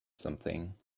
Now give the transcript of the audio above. something